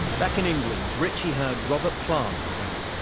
back in england, ritchie heard robert plant singing.